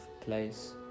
place